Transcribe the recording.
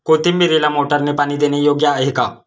कोथिंबीरीला मोटारने पाणी देणे योग्य आहे का?